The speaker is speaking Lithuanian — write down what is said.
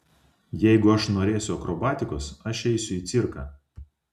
jeigu aš norėsiu akrobatikos aš eisiu į cirką